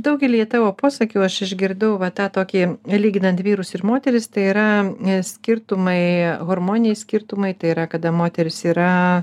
daugelyje tavo posakių aš išgirdau va tą tokį lyginant vyrus ir moteris tai yra skirtumai hormoniniai skirtumai tai yra kada moteris yra